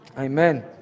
Amen